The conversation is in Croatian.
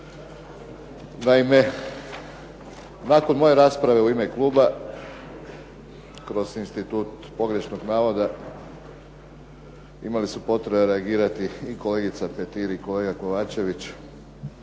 Naime, nakon moje rasprave u ime kluba kroz institut pogrešnog navoda, imali su potrebe reagirati i kolegica Petir i kolega Kovačević